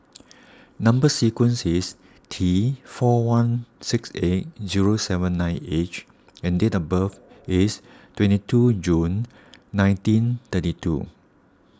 Number Sequence is T four one six eight zero seven nine H and date of birth is twenty two June nineteen thirty two